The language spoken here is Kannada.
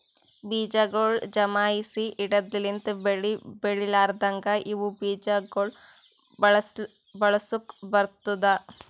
ಬೀಜಗೊಳ್ ಜಮಾಯಿಸಿ ಇಡದ್ ಲಿಂತ್ ಬೆಳಿ ಬೆಳಿಲಾರ್ದಾಗ ಇವು ಬೀಜ ಗೊಳ್ ಬಳಸುಕ್ ಬರ್ತ್ತುದ